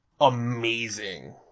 amazing